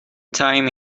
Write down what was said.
time